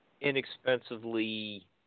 inexpensively